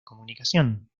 comunicación